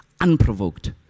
unprovoked